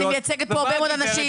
אני מייצגת פה הרבה מאוד אנשים,